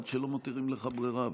עד שלא מותירים לך ברירה.